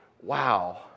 wow